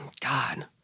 God